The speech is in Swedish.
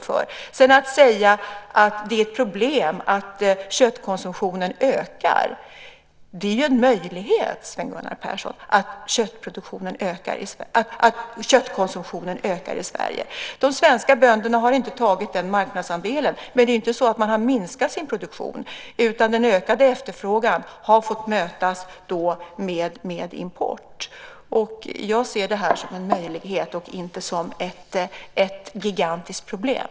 I fråga om vad som sades om att det är ett problem att köttkonsumtionen ökar vill jag, Sven Gunnar Persson, säga att det i stället är en möjlighet att den ökar i Sverige. De svenska bönderna har inte tagit den marknadsandelen. Men det är inte så att man har minskat sin produktion, utan den ökade efterfrågan har fått mötas med import. Jag ser det här som en möjlighet, inte som ett gigantiskt problem.